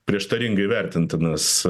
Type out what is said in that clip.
prieštaringai vertintinas